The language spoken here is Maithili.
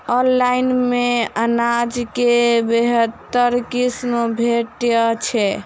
ऑनलाइन मे अनाज केँ बेहतर किसिम भेटय छै?